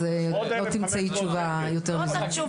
אז לא תמצאי תשובה יותר מזה.